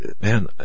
man